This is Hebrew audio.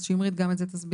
אז שמרית, גם את זה תסבירי.